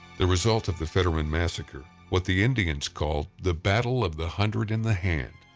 the result of the fetterman massacre, what the indians called, the battle of the hundred in the hand,